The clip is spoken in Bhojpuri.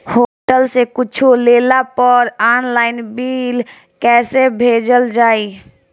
होटल से कुच्छो लेला पर आनलाइन बिल कैसे भेजल जाइ?